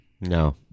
No